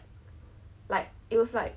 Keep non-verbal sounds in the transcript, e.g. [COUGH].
[LAUGHS]